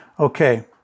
Okay